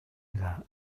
that